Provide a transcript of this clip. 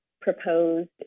proposed